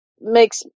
makes